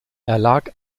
erlag